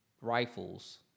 rifles—